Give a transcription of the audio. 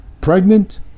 Pregnant